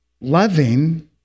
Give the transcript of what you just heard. loving